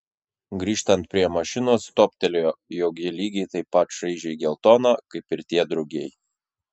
grįžtant prie mašinos toptelėjo jog ji lygiai taip pat šaižiai geltona kaip ir tie drugiai